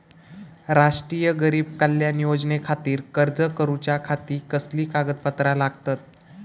राष्ट्रीय गरीब कल्याण योजनेखातीर अर्ज करूच्या खाती कसली कागदपत्रा लागतत?